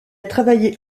travaillé